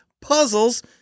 puzzles